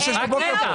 אני משש בבוקר פה.